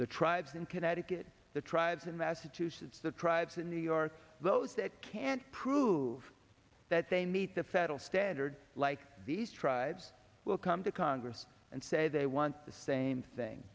the tribes in connecticut the tribes in massachusetts the tribes in new york those that can't prove that say meet the federal standard like these tribes will come to congress and say they want the same thing